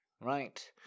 right